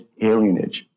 alienage